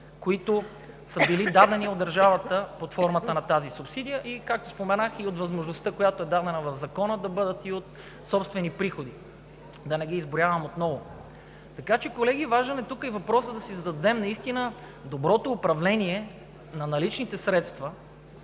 които са били дадени от държавата под формата на тази субсидия и, както споменах, от възможността, която е дадена в Закона, да бъдат и от собствени приходи – да не ги изброявам отново. Така че, колеги, важен е тук и въпросът, който да си зададем наистина: доброто управление на наличните средства